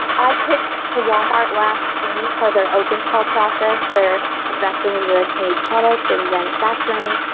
i pitched to walmart last june per their open call process, they're investing in u s. made products and manufacturing.